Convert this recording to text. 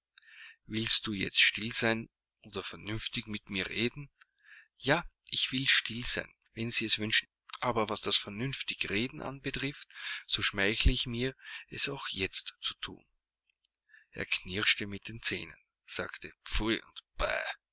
willst du jetzt still sein oder vernünftig mit mir reden ja ich will still sein wenn sie es wünschen aber was das vernünftigreden anbetrifft so schmeichle ich mir es auch jetzt zu thun er knirschte mit den zähnen sagte pfui und bah